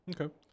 Okay